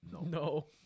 No